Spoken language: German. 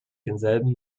denselben